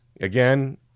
again